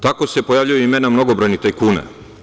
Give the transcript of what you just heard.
Tako se pojavljuju imena mnogobrojnih tajkuna.